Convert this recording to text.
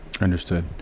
understood